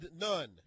None